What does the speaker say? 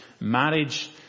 marriage